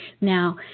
Now